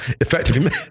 Effectively